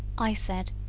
i said,